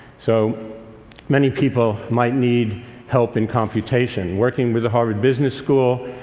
so many people might need help in computation. working with the harvard business school,